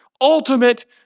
Ultimate